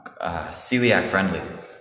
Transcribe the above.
celiac-friendly